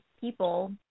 people